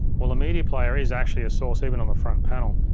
well the media player is actually a source even on the front panel.